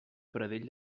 pradell